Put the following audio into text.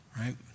Right